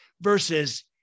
versus